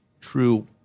true